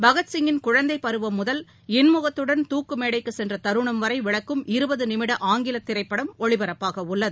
பகத் சிங்கின் குழந்தைபருவம் முதல் இன்முகத்துடன் தூக்குமேடைக்குசென்றதருணம் வரைவிளக்கும் இருபதுநிமிட ஆங்கிலதிரைபடம் ஒளிபரப்பாகவுள்ளது